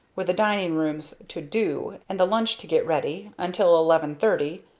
with the dining rooms to do, and the lunch to get ready, until eleven thirty,